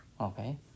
Okay